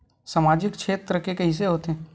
सामजिक क्षेत्र के कइसे होथे?